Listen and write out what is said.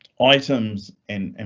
items and in,